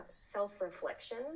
self-reflection